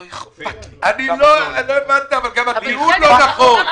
לא אכפת לי כמה זה עולה.